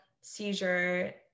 seizure